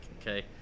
okay